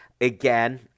again